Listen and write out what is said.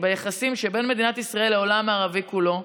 ביחסים שבין מדינת ישראל לעולם הערבי כולו.